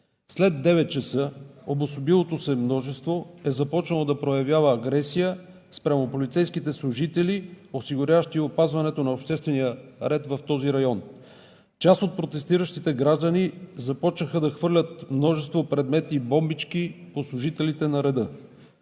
След 9,00 ч. обособилото се множество е започнало да проявява агресия спрямо полицейските служители, осигуряващи опазването на обществения ред в този район. Част от протестиращите граждани започнаха да хвърлят множество предмети и бомбички по служителите на реда.